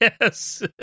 yes